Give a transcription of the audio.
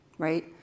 right